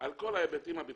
על כל ההיבטים הביטחוניים,